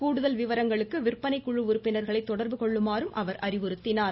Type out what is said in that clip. கூடுதல் விவரங்களுக்கு விந்பனை குழு உறுப்பினர்களை தொடர்பு கொள்ளுமாறும் அவர் அறிவுறுத்தினார்